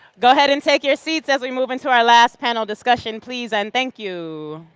go ahead and take your seats as we move into our last panel discussion, please and thank you